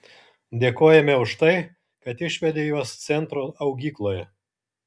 dėkojame už tai kad išvedė juos centro augykloje